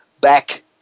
back